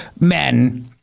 men